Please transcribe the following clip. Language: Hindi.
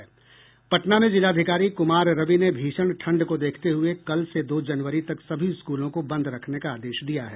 पटना में जिलाधिकारी कुमार रवि ने भीषण ठंड को देखते हुए कल से दो जनवरी तक सभी स्कूलों को बंद रखने का आदेश दिया है